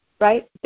right